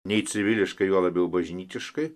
nei civiliškai juo labiau bažnytiškai